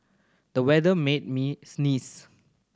the weather made me sneeze